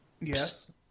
Yes